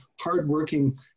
hardworking